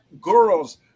girls